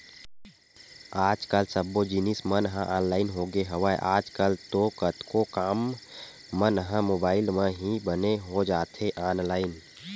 आज कल सब्बो जिनिस मन ह ऑनलाइन होगे हवय, आज कल तो कतको काम मन ह मुबाइल म ही बने हो जाथे ऑनलाइन